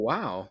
Wow